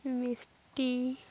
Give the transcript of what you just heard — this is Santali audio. ᱢᱤᱥᱴᱤ